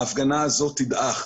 ההפגנה הזאת תדעך.